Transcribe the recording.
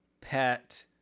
pet